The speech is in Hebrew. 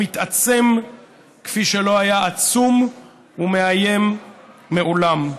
הוא התעצם כפי שלא היה עצום ומאיים מעולם,